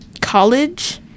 college